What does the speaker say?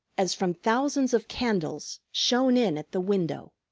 as from thousands of candles, shone in at the window,